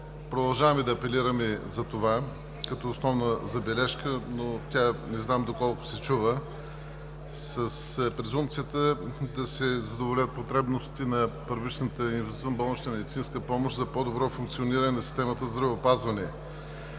продължаваме да апелираме за това като основна забележка, но не знам доколко се чува, с презумпцията да се задоволят потребностите на първичната, извънболнична медицинска помощ за по-добро функциониране на системата „Здравеопазване“.